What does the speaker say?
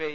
I